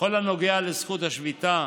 בכל הנוגע לזכות השביתה,